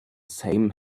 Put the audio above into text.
same